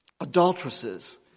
adulteresses